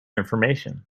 information